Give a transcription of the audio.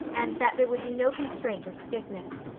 and that there would be no constraint or stiffness.